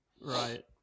Right